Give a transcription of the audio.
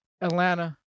Atlanta